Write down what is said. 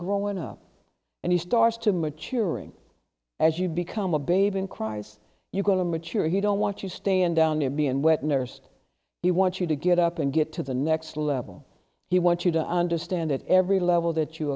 growing up and he starts to maturing as you become a baby and cries you're going to mature you don't want you stand down near me and wet nursed you want you to get up and get to the next level you want you to understand at every level that you